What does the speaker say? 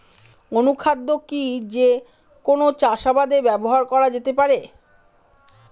অনুখাদ্য কি যে কোন চাষাবাদে ব্যবহার করা যেতে পারে?